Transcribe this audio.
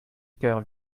coeur